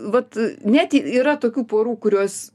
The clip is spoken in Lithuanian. vat net yra tokių porų kurios